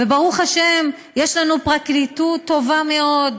וברוך השם יש לנו פרקליטות טובה מאוד,